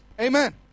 Amen